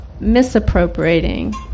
misappropriating